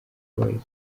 boys